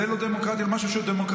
זה "לא דמוקרטי" על משהו שהוא דמוקרטי.